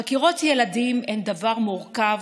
חקירות ילדים הן דבר מורכב.